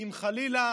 אם חלילה